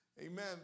Amen